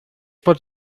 pot